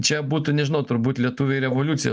čia būtų nežinau turbūt lietuviai revoliuciją